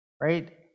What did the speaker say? right